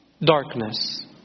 darkness